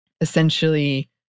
essentially